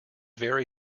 very